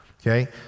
okay